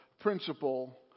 principle